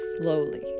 slowly